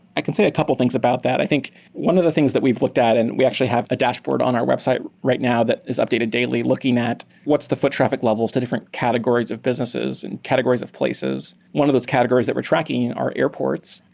i can say a couple things about that. i think one of the things that we've looked at and we actually have a dashboard on our website right now that is updated daily looking at what's the foot traffic levels, the different categories of businesses and categories of places? one of those categories that we're tracking are airports,